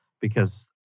because-